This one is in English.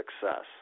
success